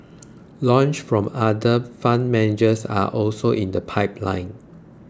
launches from other fund managers are also in the pipeline